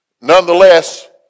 Nonetheless